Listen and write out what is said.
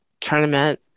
tournament